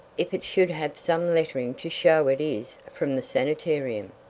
if it should have some lettering to show it is from the sanitarium!